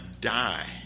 die